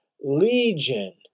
legion